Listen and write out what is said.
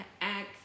act